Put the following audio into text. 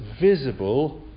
visible